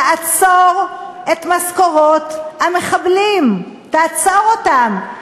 תעצור את משכורות המחבלים, תעצור אותן.